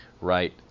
right